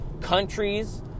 countries